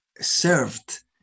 served